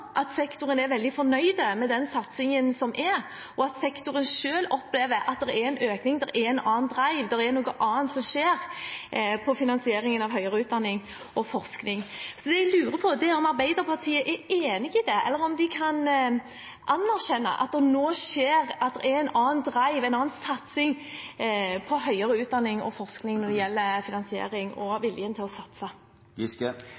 at sektoren er veldig fornøyd med den satsingen som er, og at sektoren selv opplever at det er en økning, det er en annen drive, det er noe annet som skjer med finansieringen av høyere utdanning og forskning. Så det jeg lurer på, er om Arbeiderpartiet er enig i det, eller om de kan anerkjenne at det nå er en annen drive, en annen satsing på høyere utdanning og forskning når det gjelder finansiering og viljen til å satse.